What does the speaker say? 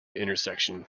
intersection